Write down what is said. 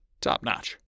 top-notch